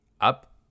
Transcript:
up